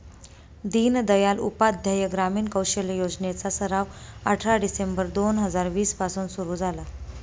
दीनदयाल उपाध्याय ग्रामीण कौशल्य योजने चा सराव अठरा डिसेंबर दोन हजार वीस पासून सुरू झाला